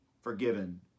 forgiven